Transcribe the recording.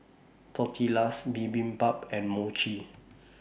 Tortillas Bibimbap and Mochi